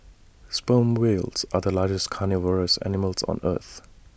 sperm whales are the largest carnivorous animals on earth